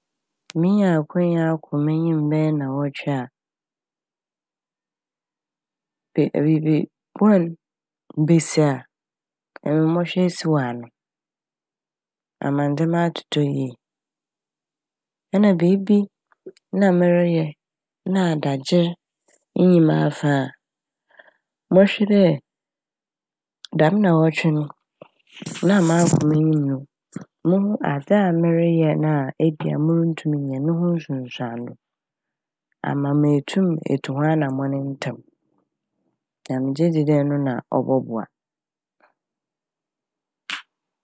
Minya akwanya akɔ m'enyim bɛyɛ naawɔtwe a biibi biibi bɔn besi a emi mɔhwɛ esiw ano ama ndzɛma atotɔ yie. Nna biibi nna mereyɛ na adagyer nnyi m'afa mɔhwɛ dɛ dɛm naawɔtwe no na makɔ m'enyim no muhu adze a mereyɛ na ebi a munntum nnyɛ no no ho nsunsuando ama meetum etu ho anamɔn ntsɛm naegye dzi dɛ ɔno na ɔbɔboa.